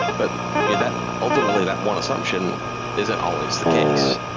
but yeah that ultimately, that one assumption isn't always the case.